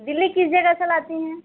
दिल्ली किस जगह से लातीं हैं